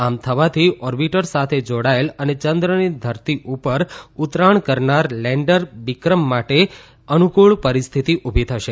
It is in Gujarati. આમ થવાથી ઓર્બીટર સાથે જાડાયેલ અને ચંદ્રની ધરતી ઉપર ઊતરાણ કરનાર લેન્ડર વિક્રમ માટે અનુકૂળ પરિસ્થિતી ઉભી થશે